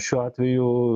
šiuo atveju